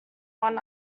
one